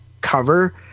cover